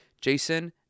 Jason